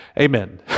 Amen